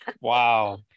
Wow